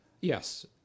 Yes